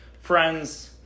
friends